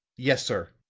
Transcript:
yes, sir.